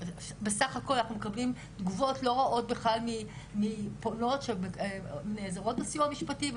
בסך הכל אנחנו מקבלים תגובות לא רעות בכלל מפונות שנעזרות בסיוע המשפטי,